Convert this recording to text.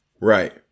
Right